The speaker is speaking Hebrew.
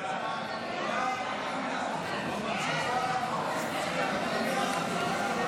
ההצעה להעביר את הצעת חוק הדיור הציבורי (זכויות רכישה)